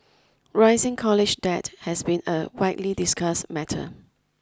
rising college debt has been a widely discussed matter